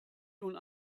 nun